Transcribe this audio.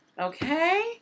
Okay